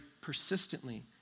persistently